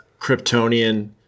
Kryptonian